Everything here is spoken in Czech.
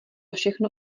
všechno